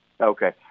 Okay